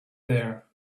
there